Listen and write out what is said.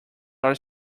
are